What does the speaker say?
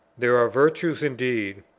there are virtues indeed,